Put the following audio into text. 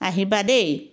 আহিবা দেই